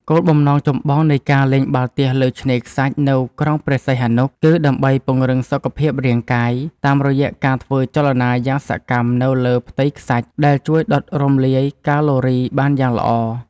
គោលបំណងចម្បងនៃការលេងបាល់ទះលើឆ្នេរខ្សាច់នៅក្រុងព្រះសីហនុ គឺដើម្បីពង្រឹងសុខភាពរាងកាយ តាមរយៈការធ្វើចលនាយ៉ាងសកម្មនៅលើផ្ទៃខ្សាច់ដែលជួយដុតរំលាយកាឡូរីបានយ៉ាងល្អ។